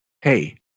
hey